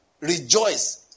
rejoice